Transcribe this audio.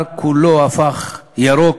הר-סיני, ההר כולו הפך ירוק,